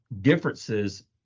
differences